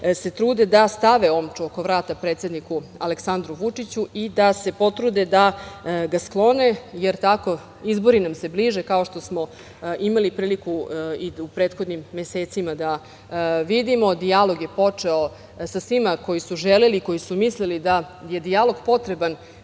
se trude da stave omču oko vrata predsedniku Aleksandru Vučiću i da se potrude da ga sklone, jer izbori nam se bliže, kao što smo imali priliku da u prethodnim mesecima da vidimo. Dijalog je počeo sa svima koji su želeli, koji su mislili da je dijalog potreban